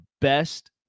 best